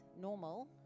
normal